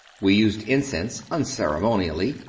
we used incense unceremonially,